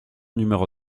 numéro